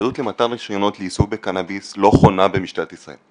האחריות למתן רישיונות לעיסוק בקנאביס לא חונה במשטרת ישראל.